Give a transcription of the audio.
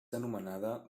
anomenada